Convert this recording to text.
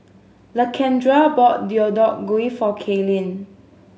Lakendra bought Deodeok Gui for Cailyn